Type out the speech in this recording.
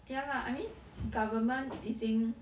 ya lah I mean government 已经